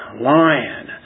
lion